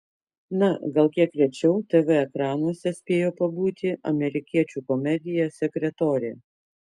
na gal kiek rečiau tv ekranuose spėjo pabūti amerikiečių komedija sekretorė